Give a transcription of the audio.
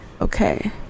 Okay